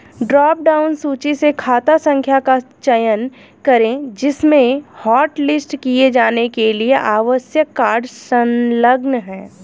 drop down सूची से खाता संख्या का चयन करें जिसमें हॉटलिस्ट किए जाने के लिए आवश्यक कार्ड संलग्न है